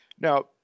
Now